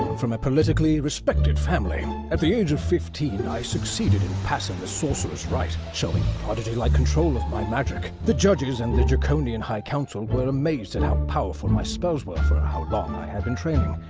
from a politically respected family, at the age of fifteen, i succeeded in passing the sorcerer's rite, showing prodigy-like control of my magic. the judges and the draconian high council were amazed at and how powerful my spells were for how long i had been training.